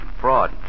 fraud